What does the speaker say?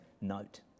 note